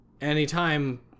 Anytime